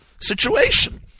situation